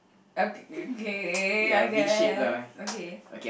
uh k~ K I guess okay